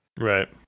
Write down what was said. right